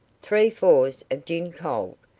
three fours of gin cold,